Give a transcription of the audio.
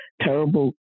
terrible